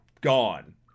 gone